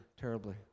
terribly